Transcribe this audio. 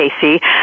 Casey